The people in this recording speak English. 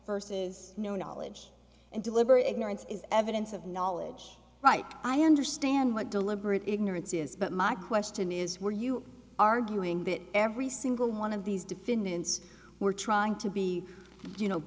versus no knowledge and deliberate ignorance is evidence of knowledge right i understand what deliberate ignorance is but my question is were you arguing that every single one of these defendants were trying to be you know